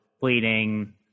bleeding